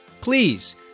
please